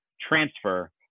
transfer